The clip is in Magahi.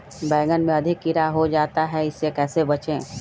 बैंगन में अधिक कीड़ा हो जाता हैं इससे कैसे बचे?